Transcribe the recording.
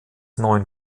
neuen